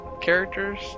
characters